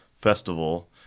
Festival